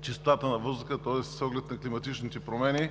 чистотата на въздуха, тоест с оглед на климатичните промени.